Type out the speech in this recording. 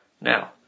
Now